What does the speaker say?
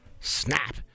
snap